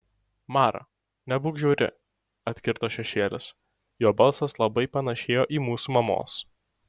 mara nebūk žiauri atkirto šešėlis jo balsas labai panėšėjo į mūsų mamos